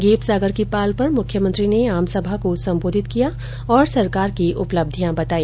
gap Sagar की पाल पर मुख्यमंत्री ने आमसभा को संबोधित किया और सरकार की उपलब्धियां बताई